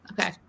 Okay